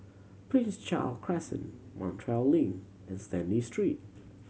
Prince Charles Crescent Montreal Link and Stanley Street